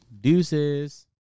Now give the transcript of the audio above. Deuces